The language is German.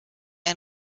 ein